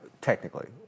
technically